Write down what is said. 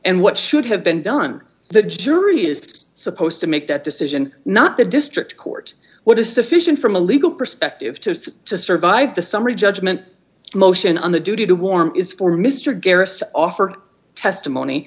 and what should have been done the jury is supposed to make that decision not the district court what is sufficient from a legal perspective to survive the summary judgment motion on the duty to warn is for mr garrett to offer testimony